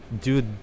dude